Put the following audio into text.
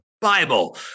Bible